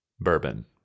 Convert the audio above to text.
Bourbon